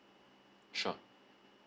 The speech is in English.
sure